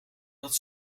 dat